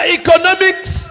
economics